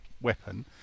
weapon